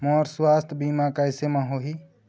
मोर सुवास्थ बीमा कैसे म होही?